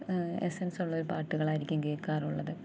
എസ്സെൻസുള്ള പാട്ടുകളായിരിക്കും കേള്ക്കാറുള്ളത്